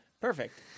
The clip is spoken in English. Perfect